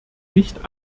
nicht